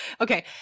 okay